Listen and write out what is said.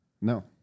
No